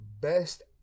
best